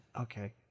okay